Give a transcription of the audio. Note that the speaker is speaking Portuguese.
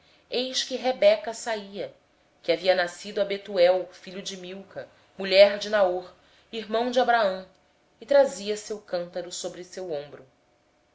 eis que rebeca filha de betuel filho de milca mulher de naor irmão de abraão saía com o seu cântaro sobre o ombro